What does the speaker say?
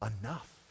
enough